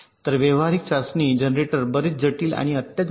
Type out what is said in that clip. तर व्यावहारिक चाचणी जनरेटर बरेच जटिल आणि अत्याधुनिक आहेत